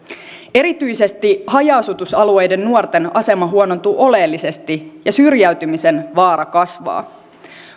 erityisesti haja asutusalueiden nuorten asema huonontuu oleellisesti ja syrjäytymisen vaara kasvaa